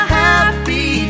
happy